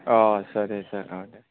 आदसा दे सार औ दे